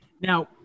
Now